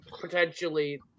potentially